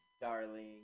darling